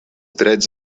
drets